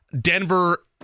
Denver